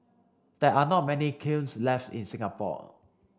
there are not many kilns left in Singapore